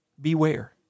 beware